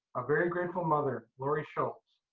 a very grateful mother, lori schutlz.